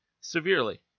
severely